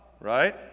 right